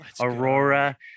Aurora